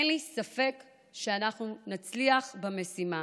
אין לי ספק שאנחנו נצליח במשימה.